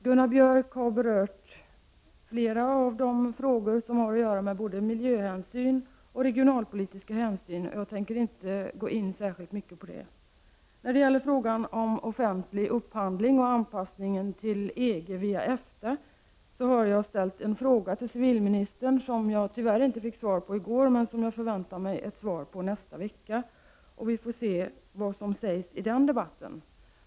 Gunnar Björk har berört flera av de frågor som har att göra med både miljöhänsyn och regionalpolitiska hänsyn, och jag tänker inte gå in särskilt mycket på det. När det gäller offentlig upphandling och anpassning till EG via EFTA har jag ställt en fråga till civilministern som jag tyvärr inte fick svar på i går men som jag förväntar mig ett svar på nästa vecka, och vi får se vad som sägs i den debatten.